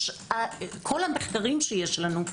כל המחקרים שיש לנו,